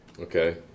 Okay